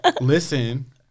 Listen